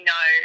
no